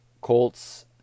Colts